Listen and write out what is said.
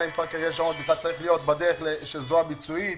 האם פארק אריאל שרון צריך להיות בדרך של זרוע ביצועית.